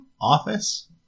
office